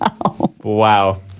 Wow